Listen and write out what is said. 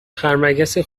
خرمگسی